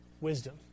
wisdom